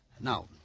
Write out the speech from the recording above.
Now